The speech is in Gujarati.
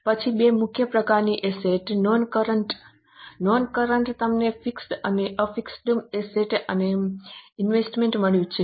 પછી બે મુખ્ય પ્રકારની assets non current current non કરન્ટમાં તમને ફિક્સ અને ફિક્સ એસેટ્સ અને ઇન્વેસ્ટમેન્ટ મળ્યું છે